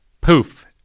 poof